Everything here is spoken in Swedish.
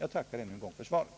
Jag tackar än en gång för svaret.